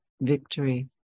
victory